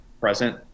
present